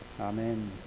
Amen